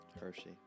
Hershey